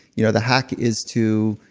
you know the hack is to,